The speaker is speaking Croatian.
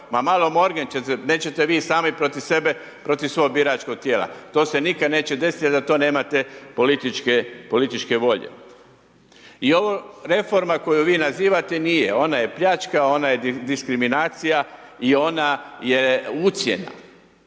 Ma malo morgen ćete se, nećete vi sami protiv sebe, protiv svog biračkog tijela. To se nikada neće desiti, jer za to nemate političke volje. I ova reforma, koju vi nazivate, nije, ona je pljačka, ona je diskriminacija i ona je ucjena.